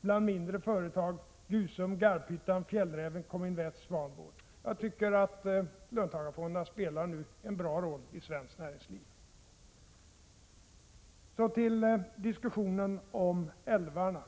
bland mindre företag Gusum, Garphyttan, Fjällräven, Cominvest och Swanboard. Jag anser att löntagarfonderna nu spelar en bra roll i svenskt näringsliv. Så till diskussionen om älvarna.